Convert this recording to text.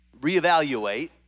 reevaluate